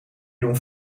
doen